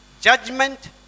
judgment